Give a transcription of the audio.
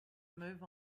move